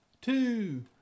two